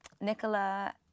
Nicola